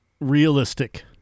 realistic